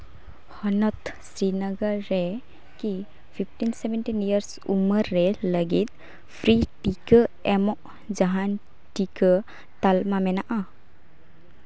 ᱦᱚᱱᱚᱛ ᱥᱨᱤᱱᱚᱜᱚᱨ ᱨᱮ ᱠᱤ ᱯᱷᱤᱯᱴᱤᱱ ᱥᱮᱵᱷᱮᱱᱴᱤᱱ ᱤᱭᱟᱨᱥ ᱩᱢᱮᱨ ᱨᱮ ᱞᱟᱹᱜᱤᱫ ᱯᱷᱨᱤ ᱴᱤᱠᱟᱹ ᱮᱢᱚᱜ ᱡᱟᱦᱟᱱ ᱴᱤᱠᱟᱹ ᱛᱟᱞᱢᱟ ᱢᱮᱱᱟᱜᱼᱟ